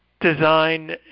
design